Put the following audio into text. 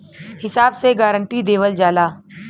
हिसाब से गारंटी देवल जाला